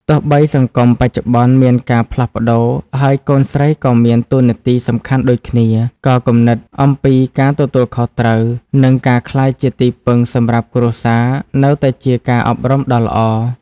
ទោះបីសង្គមបច្ចុប្បន្នមានការផ្លាស់ប្ដូរ ហើយកូនស្រីក៏មានតួនាទីសំខាន់ដូចគ្នា ក៏គំនិតអំពីការទទួលខុសត្រូវ និងការក្លាយជាទីពឹងសម្រាប់គ្រួសារនៅតែជាការអប់រំដ៏ល្អ។